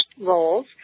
roles